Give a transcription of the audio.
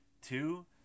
Two